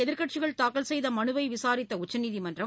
எதிர்க்கட்சிகள் தாக்கல் செய்த மனுவை விசாரித்த உச்சநீதிமன்றம்